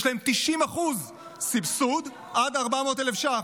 יש להם 90% סבסוד עד 400,000 ש"ח,